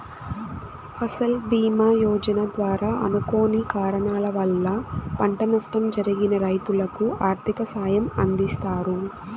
ఫసల్ భీమ యోజన ద్వారా అనుకోని కారణాల వల్ల పంట నష్టం జరిగిన రైతులకు ఆర్థిక సాయం అందిస్తారు